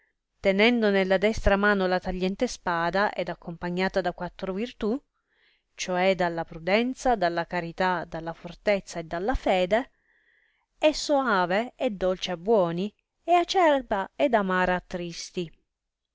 tenendo nella destra mano la tagliente spada ed accompagnata da quattro virtù cioè dalla prudenza dalla carità dalla fortezza e dalla fede è soave e dolce a buoni e acerba ed amara a tristi